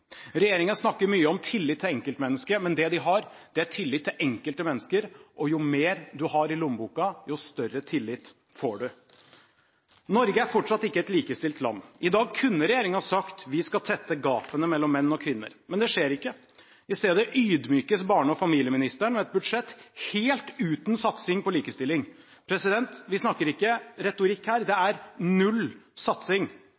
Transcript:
snakker mye om tillit til enkeltmennesket, men det de har, er tillit til enkelte mennesker, og jo mer du har i lommeboka, jo større tillit får du. Norge er fortsatt ikke et likestilt land. I dag kunne regjeringen sagt: Vi skal tette gapene mellom menn og kvinner. Men det skjer ikke. I stedet ydmykes barne- og familieministeren med et budsjett helt uten satsing på likestilling. Vi snakker ikke retorikk her; det er null satsing.